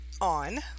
on